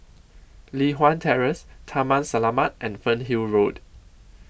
Li Hwan Terrace Taman Selamat and Fernhill Road